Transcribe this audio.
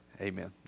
Amen